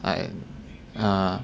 and uh